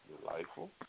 Delightful